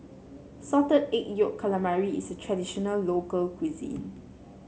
Salted Egg Yolk Calamari is a traditional local cuisine